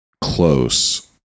close